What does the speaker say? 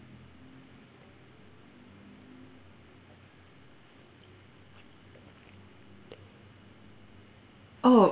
oh